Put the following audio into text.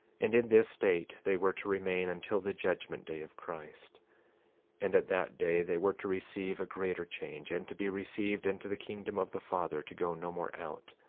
and in this state they were to remain until the judgment day of christ and at that day they were to receive a greater change, and to be received into the kingdom of the father to go no more out,